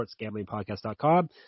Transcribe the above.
sportsgamblingpodcast.com